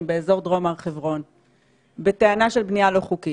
באזור דרום הר חברון בטענה של בנייה לא חוקית.